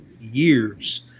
years